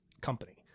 company